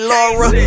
Laura